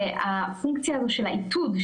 והפונקציה הזאת של העיתוד,